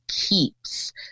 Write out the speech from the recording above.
keeps